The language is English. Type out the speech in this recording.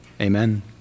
amen